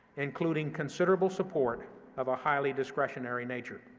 including considerable support of a highly discretionary nature.